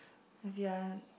if you are